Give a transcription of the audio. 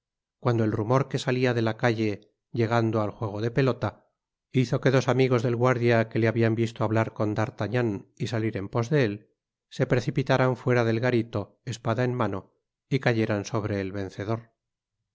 cuando el rumor que salia de la calle llegando al juego de pelota hizo que dos amigos del guardia que le habian visto hablar con d'artagnan y salir en pos de él se precípitáran fuera del garito espada en mano y cayeran sobre el